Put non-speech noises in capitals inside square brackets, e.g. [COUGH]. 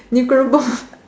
nuclear bomb [LAUGHS]